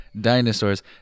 dinosaurs